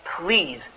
please